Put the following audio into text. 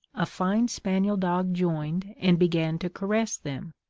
a fine spaniel dog joined and began to caress them.